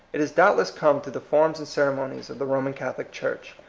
it has doubtless come through the forms and ceremonies of the roman catholic church.